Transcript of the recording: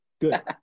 Good